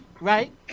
Right